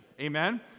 Amen